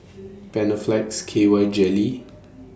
Panaflex K Y Jelly